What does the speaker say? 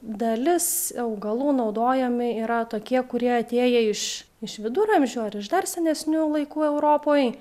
dalis augalų naudojami yra tokie kurie atėję iš iš viduramžių ar iš dar senesnių laikų europoj